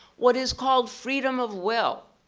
what is called freedom of will.